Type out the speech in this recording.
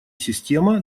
система